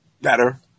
better